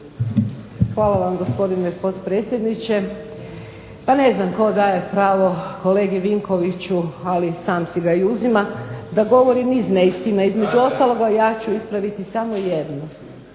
Hvala vam, gospodine potpredsjedniče. Pa ne znam tko daje pravo kolegi Vinkoviću, ali sam si ga i uzima, da govori niz neistina. Između ostaloga ja ću ispraviti samo jednu,